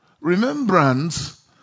Remembrance